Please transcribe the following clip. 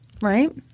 Right